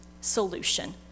solution